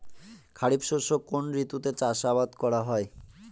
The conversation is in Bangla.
খরিফ শস্য কোন ঋতুতে চাষাবাদ করা হয়?